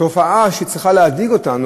תופעה שצריכה להדאיג אותנו,